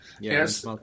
Yes